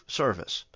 service